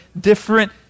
different